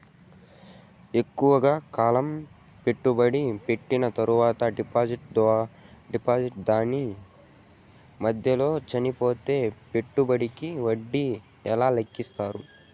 ఎక్కువగా కాలం పెట్టుబడి పెట్టిన తర్వాత డిపాజిట్లు దారు మధ్యలో చనిపోతే పెట్టుబడికి వడ్డీ ఎలా లెక్కిస్తారు?